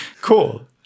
cool